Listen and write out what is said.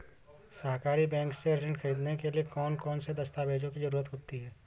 सहकारी बैंक से ऋण ख़रीदने के लिए कौन कौन से दस्तावेजों की ज़रुरत होती है?